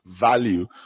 value